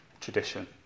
tradition